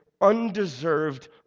undeserved